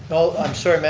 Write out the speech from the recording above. oh, i'm sorry, ma'am,